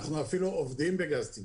אנחנו אפילו עובדים בגז טבעי.